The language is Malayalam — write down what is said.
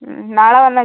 നാളെവന്നാൽ